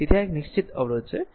તેથી આ એક નિશ્ચિત અવરોધ છે r